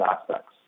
aspects